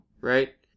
right